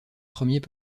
premiers